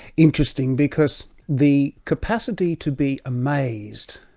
interesting, because the capacity to be amazed,